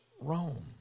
Rome